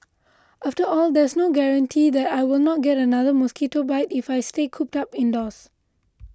after all there's no guarantee that I will not get another mosquito bite if I stay cooped up indoors